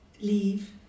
leave